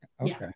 Okay